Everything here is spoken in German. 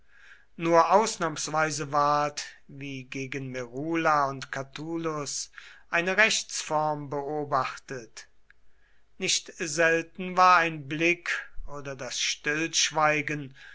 nur ausnahmsweise ward wie gegen merula und catulus eine rechtsform beobachtet nicht selten war ein blick oder das stillschweigen